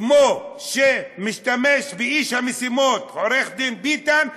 כמו שהוא משתמש באיש המשימות עו"ד ביטן,